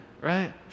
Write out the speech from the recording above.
right